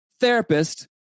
therapist